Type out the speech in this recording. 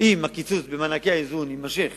אם הקיצוץ במענקי האיזון יימשך